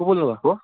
को बोल्नु भएको